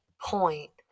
point